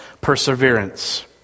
perseverance